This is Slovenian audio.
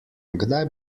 kdaj